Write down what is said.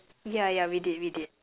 yeah yeah we did we did